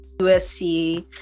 usc